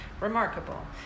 remarkable